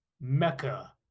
Mecca